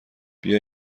بیا